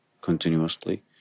continuously